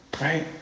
Right